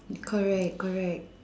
correct correct